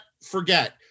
forget